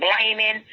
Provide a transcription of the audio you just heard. blaming